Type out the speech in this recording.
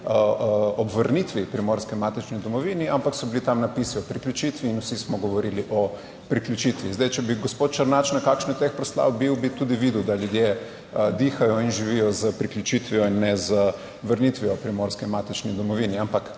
ob vrnitvi Primorske k matični domovini, ampak so bili tam napisi o priključitvi in vsi smo govorili o priključitvi. Zdaj, če bi gospod Černač na kakšni od teh proslav bil, bi tudi videl, da ljudje dihajo in živijo s priključitvijo in ne z vrnitvijo Primorske k matični domovini,